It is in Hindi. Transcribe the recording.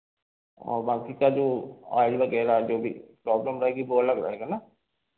और बाकी का जो ऑइल वगेरह जो भी प्रॉब्लम रहेगी वह अलग रहेगा ना